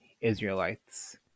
Israelites